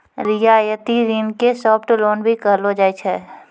रियायती ऋण के सॉफ्ट लोन भी कहलो जाय छै